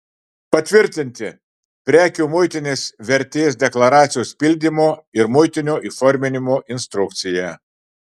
patvirtinti prekių muitinės vertės deklaracijos pildymo ir muitinio įforminimo instrukciją